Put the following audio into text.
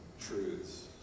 truths